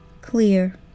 clear